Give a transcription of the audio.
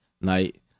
night